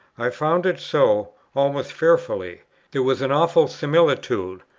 i found it so almost fearfully there was an awful similitude,